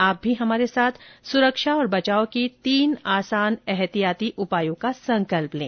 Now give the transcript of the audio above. आप भी हमारे साथ सुरक्षा और बचाव के तीन आसान एहतियाती उपायों का संकल्प लें